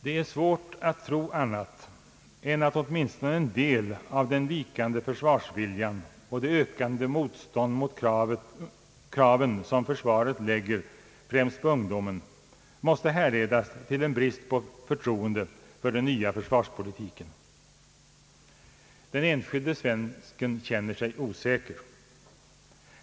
Det är svårt att tro annat än att åtminstone en del av den vikande försvarsviljan och det ökande motstånd mot kraven som försvaret ställer främst på ungdomen måste härledas till en brist på förtroende för den nya försvarspolitiken. Den enskilde svensken känner sig osäker.